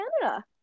Canada